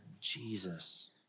Jesus